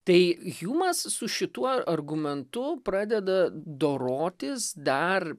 tai hjumas su šituo argumentu pradeda dorotis dar